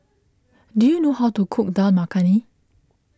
do you know how to cook Dal Makhani